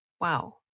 wow